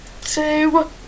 two